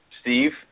Steve